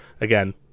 again